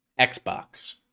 Xbox